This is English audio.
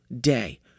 day